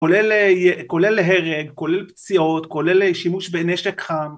כולל הרג, כולל פציעות, כולל שימוש בנשק חם...